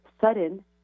sudden